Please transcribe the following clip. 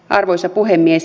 arvoisa puhemies